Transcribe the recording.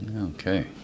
Okay